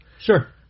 Sure